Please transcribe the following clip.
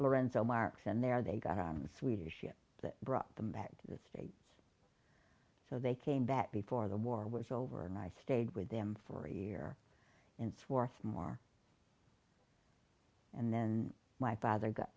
lorenzo marks and there they got a swedish ship that brought them back to the states so they came back before the war was over and i stayed with them for a year and swarthmore and then my father got